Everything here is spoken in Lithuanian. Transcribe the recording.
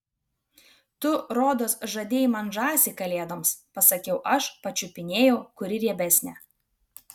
tu rodos žadėjai man žąsį kalėdoms pasakiau aš pačiupinėjau kuri riebesnė